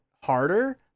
harder